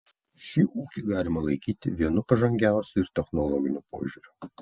šį ūkį galima laikyti vienu pažangiausių ir technologiniu požiūriu